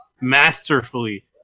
masterfully